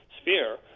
sphere